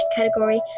Category